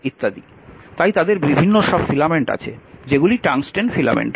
তাই তাদের বিভিন্ন সব ফিলামেন্ট আছে যেগুলি টাংস্টেন ফিলামেন্ট